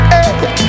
Hey